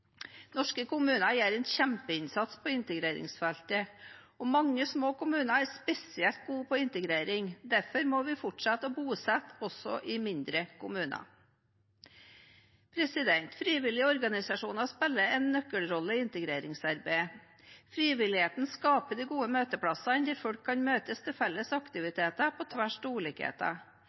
Norske kommuner gjør en kjempeinnsats på integreringsfeltet, og mange små kommuner er spesielt gode på integrering. Derfor må vi fortsette å bosette også i mindre kommuner. Frivillige organisasjoner spiller en nøkkelrolle i integreringsarbeidet. Frivilligheten skaper de gode møteplassene der folk kan møtes til felles aktiviteter på tvers av ulikheter.